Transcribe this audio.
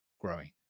growing